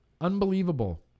Unbelievable